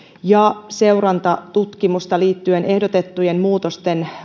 ja seurantatutkimusta liittyen ehdotettujen muutosten